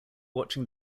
watching